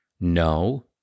No